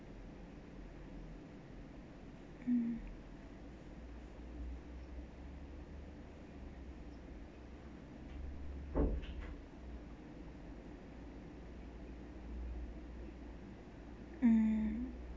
mm mm